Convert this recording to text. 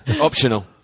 Optional